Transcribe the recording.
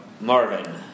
Marvin